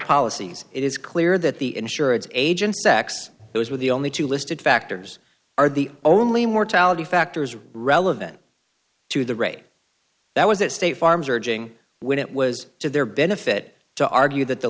policies it is clear that the insurance agent sex those were the only two listed factors are the only mortality factors relevant to the rape that was at state farm's urging when it was to their benefit to argue that the